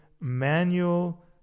manual